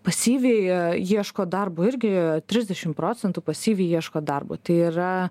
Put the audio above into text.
pasyviai ieško darbo irgi trisdešim procentų pasyviai ieško darbo tai yra